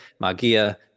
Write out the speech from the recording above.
magia